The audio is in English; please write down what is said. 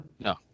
No